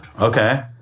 Okay